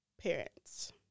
parents